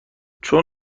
چون